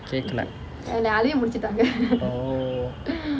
கேட்கலை:kaetkalai oh